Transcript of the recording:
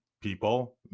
people